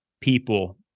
people